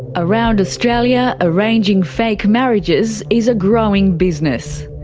around australia, arranging fake marriages is a growing business.